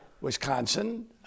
Wisconsin